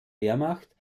wehrmacht